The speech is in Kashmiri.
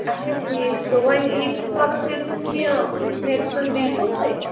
اچھا ٹھیٖک چھُ وۄنۍ ییٖتِس کالَس کٔرۍہُس کیٚنہہ مٮ۪ڈِسَن دیٖہُس تُہۍ